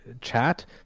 chat